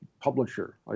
publisher